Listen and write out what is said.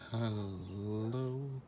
Hello